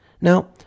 Now